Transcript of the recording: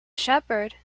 shepherd